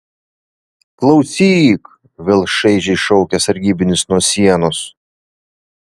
klausyk vėl šaižiai šaukia sargybinis nuo sienos